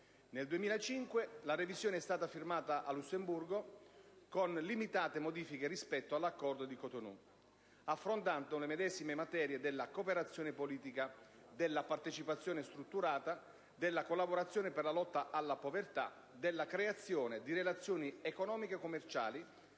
Nel 2005 la revisione è stata firmata a Lussemburgo, con limitate modifiche rispetto all'Accordo di Cotonou, affrontando le medesime materie della cooperazione politica, della partecipazione strutturata, della collaborazione per la lotta alla povertà, della creazione di relazioni economico-commerciali